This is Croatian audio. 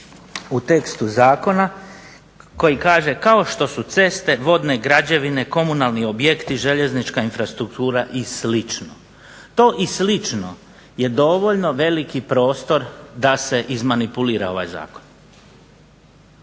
u tekstu zakona koji kaže "kao što su ceste, vodne građevine, komunalni objekti, željeznička infrastruktura i slično". To i slično je dovoljno veliki prostor da se izmanipulira ovaj zakon.